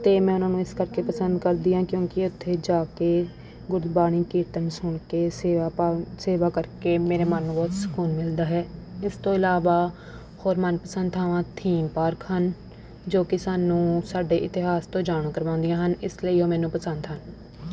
ਅਤੇ ਮੈਂ ਉਨ੍ਹਾਂ ਨੂੰ ਇਸ ਕਰਕੇ ਪਸੰਦ ਕਰਦੀ ਹਾਂ ਕਿਉਂਕਿ ਉੱਥੇ ਜਾ ਕੇ ਗੁਰਬਾਣੀ ਕੀਰਤਨ ਸੁਣ ਕੇ ਸੇਵਾ ਭਾਵ ਸੇਵਾ ਕਰਕੇ ਮੇਰੇ ਮਨ ਨੂੰ ਬਹੁਤ ਸਕੂਨ ਮਿਲਦਾ ਹੈ ਇਸ ਤੋਂ ਇਲਾਵਾ ਹੋਰ ਮਨਪਸੰਦ ਥਾਵਾਂ ਥੀਮ ਪਾਰਕ ਹਨ ਜੋ ਕਿ ਸਾਨੂੰ ਸਾਡੇ ਇਤਾਹਸ ਤੋਂ ਜਾਣੂੰ ਕਰਵਾਉਦੀਆਂ ਹਨ ਇਸ ਲਈ ਉਹ ਮੈਨੂੰ ਪਸੰਦ ਹਨ